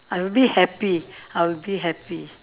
I will be happy I will be happy